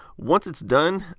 once it's done,